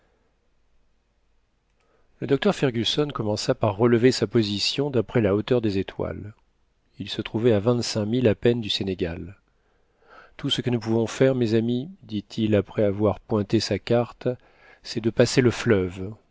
le docteur fergusson commença par relever sa position d'après la hauteur des étoiles il se trouvait à vingt-cinq milles à peine du sénégal tout ce que nous pouvons faire mes amis dit-il après avoir pointé sa carte c'est de passer le fleuve